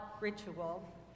ritual